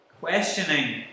questioning